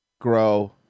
Grow